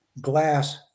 glass